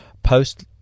Post